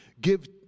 give